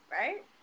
right